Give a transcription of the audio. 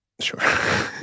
Sure